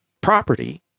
property